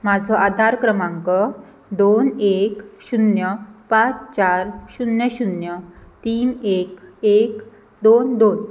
म्हाजो आधार क्रमांक दोन एक शुन्य पांच चार शुन्य शुन्य तीन एक एक दोन दोन